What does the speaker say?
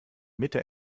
mitte